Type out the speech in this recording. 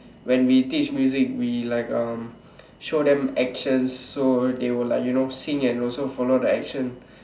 when we teach music we like um show them actions so that they will like you know sing and also follow the action